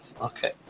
Okay